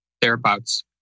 thereabouts